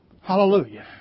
Hallelujah